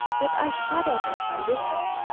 that i shuddered as i listened.